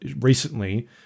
recently